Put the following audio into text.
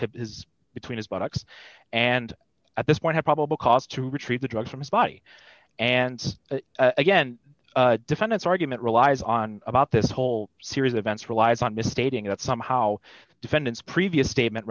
his between his buttocks and at this point a probable cause to retrieve the drugs from his body and again defendant's argument relies on about this whole series of events relies on this stating that somehow the defendant's previous statement